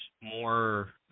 more